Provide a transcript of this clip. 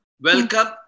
Welcome